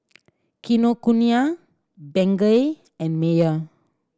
Kinokuniya Bengay and Mayer